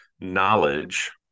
knowledge